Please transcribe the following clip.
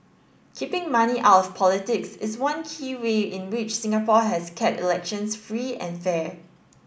keeping money out of politics is one key way in which Singapore has kept elections free and fair